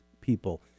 people